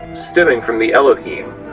stemming from the elohim,